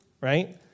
right